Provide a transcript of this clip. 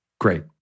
great